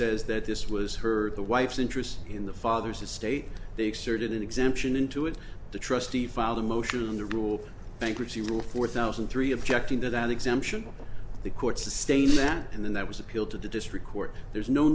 says that this was her the wife's interest in the father's estate they exert an exemption into it the trustee filed a motion on the rule of bankruptcy law for thousand three objecting to that exemption the court sustain that and then that was appealed to the district court there's no